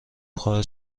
خواهد